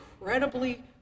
incredibly